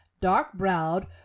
dark-browed